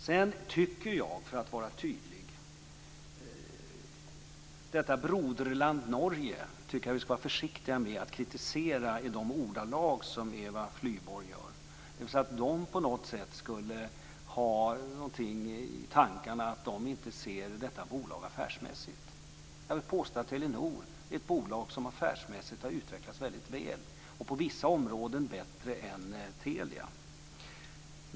Sedan tycker jag, för att vara tydlig, att vi skall vara försiktiga med att kritisera detta broderland Norge i de ordalag som Eva Flyborg gör, dvs. att de på något sätt inte skulle se på detta bolag affärsmässigt. Jag vill påstå att Telenor är ett bolag som affärsmässigt har utvecklats väldigt väl och på vissa områden bättre än Telia.